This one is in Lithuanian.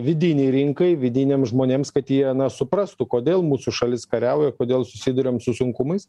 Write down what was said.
vidinei rinkai vidiniam žmonėms kad jie suprastų kodėl mūsų šalis kariauja kodėl susiduriam su sunkumais